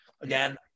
again